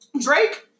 drake